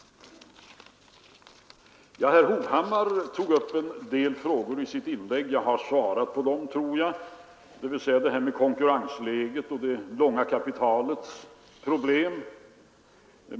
Herr Hovhammar tog i sitt inlägg upp en del frågor som jag tror att jag redan har svarat på. Det gäller frågorna om konkurrensläget och det långa kapitalets problem.